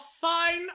fine